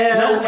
no